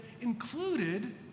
included